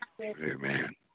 Amen